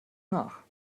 nach